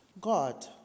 God